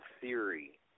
theory